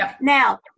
Now